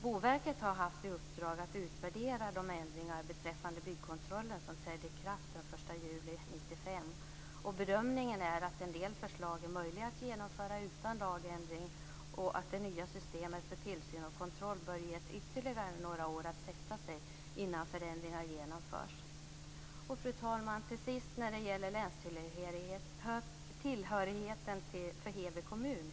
Boverket har haft i uppdrag att utvärdera de ändringar beträffande byggkontrollen som trädde i kraft den 1 juli 1995. Bedömningen är att en del förslag är möjliga att genomföra utan lagändring och att det nya systemet för tillsyn och kontroll bör ges ytterligare några år att sätta sig innan förändringar genomförs. Fru talman! Till sist när det gäller länstillhörigheten för Heby kommun.